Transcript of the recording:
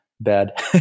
bad